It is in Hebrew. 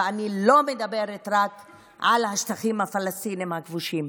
ואני לא מדברת רק על השטחים הפלסטיניים הכבושים.